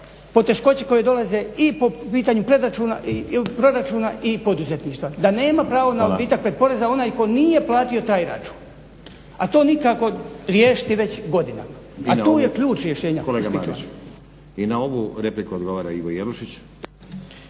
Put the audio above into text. poteškoće koje dolaze i po pitanju proračuna i poduzetništva. Da nema pravo na odbitak pretporeza onaj tko nije plati taj račun, a to nikako riješiti već godinama, a tu je ključ rješenja. **Stazić, Nenad (SDP)** Kolega Mariću. I na ovu repliku odgovara Ivo Jelušić.